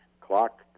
clock